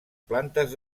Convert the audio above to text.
plantes